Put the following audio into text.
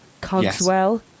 Cogswell